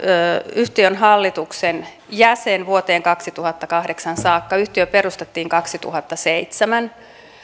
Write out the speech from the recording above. yhtiön hallituksen jäsen vuoteen kaksituhattakahdeksan saakka yhtiö perustettiin kaksituhattaseitsemän